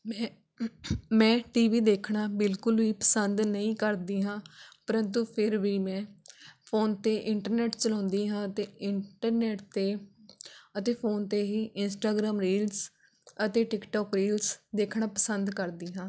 ਮੈਂ ਮੈਂ T V ਦੇਖਣਾ ਬਿਲਕੁਲ ਵੀ ਪਸੰਦ ਨਹੀਂ ਕਰਦੀ ਹਾਂ ਪਰੰਤੂ ਫਿਰ ਵੀ ਮੈਂ ਫੋਨ 'ਤੇ ਇੰਟਰਨੈਟ ਚਲਾਉਂਦੀ ਹਾਂ ਅਤੇ ਇੰਟਰਨੈਟ 'ਤੇ ਅਤੇ ਫੋਨ 'ਤੇ ਹੀ ਇੰਸਟਾਗ੍ਰਾਮ ਰੀਲਸ ਅਤੇ ਟਿਕਟੋਕ ਰੀਲਸ ਦੇਖਣਾ ਪਸੰਦ ਕਰਦੀ ਹਾਂ